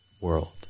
world